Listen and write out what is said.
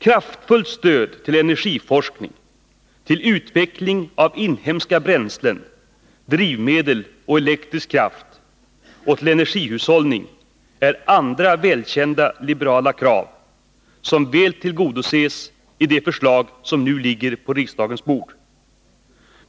Kraftfullt stöd till energiforskning, till utveckling av inhemska bränslen, drivmedel och elektrisk kraft och till energihushållning är andra välkända liberala krav, som väl tillgodoses i de förslag som nu ligger på riksdagens bord.